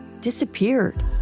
disappeared